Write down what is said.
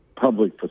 public